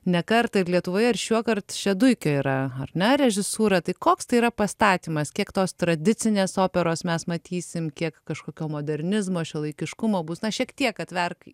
ne kartą ir lietuvoje ir šiuokart šeduikio yra ar ne režisūra tai koks tai yra pastatymas kiek tos tradicinės operos mes matysim kiek kažkokio modernizmo šiuolaikiškumo bus na šiek tiek atverk